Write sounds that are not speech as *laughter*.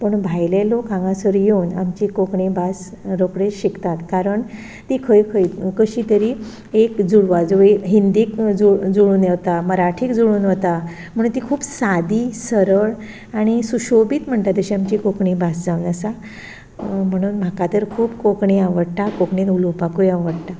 पूण भायले लोक हांगासर येवून आमची कोंकणी भास रोखडीच शिकतात कारण ती खंय खंय कशी तरी एक *unintelligible* हिंदीक *unintelligible* जुळून वता मराठीक जुळून वता म्हणून ती खूब सादी सरळ आनी शुसोबीत म्हणटा तशें आमची कोंकणी भास जावन आसा म्हणून म्हाका तर खूब कोंकणी आवडटा कोंकणींत उलोवपाकूय आवडटा